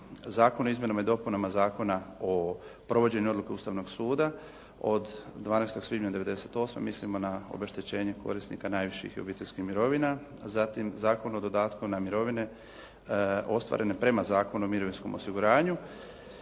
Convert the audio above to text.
Zakon o izmjenama i dopunama zakona o provođenju odluke ustavnog suda od 12. svibnja 98. mislimo na obeštećenje korisnika najviših obiteljskih mirovina. Zatim Zakon o dodatku na mirovine ostvarene prema Zakonu o mirovinskom osiguranju.